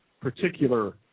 particular